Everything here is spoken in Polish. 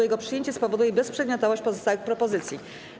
Jego przyjęcie spowoduje bezprzedmiotowość pozostałych propozycji.